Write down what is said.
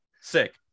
Sick